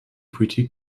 politik